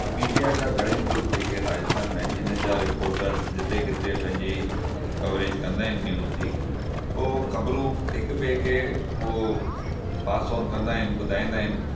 media जा घणा ई ग्रूप जेके राजस्थान में आहिनि इन्हनि जा रिपोटर्स जिते किथे पंहिंजी कवरेज कंदा आहिनि न्यूज़ जी उहो ख़बरूं हिक ॿिए खे उहो पास ऑन कंदा आहिनि ॿुधाईंदा आहिनि